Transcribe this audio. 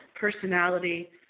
personality